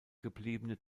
gebliebene